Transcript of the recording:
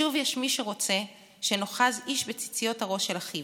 שוב יש מי שרוצה שנאחז איש בציציות הראש של אחיו,